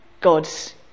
God's